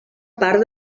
part